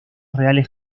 reales